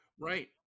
Right